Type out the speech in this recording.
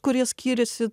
kurie skiriasi